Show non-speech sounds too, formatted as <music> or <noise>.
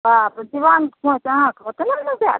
बाप रे <unintelligible> अहाँके ओतबेमे देत